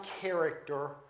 character